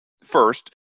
First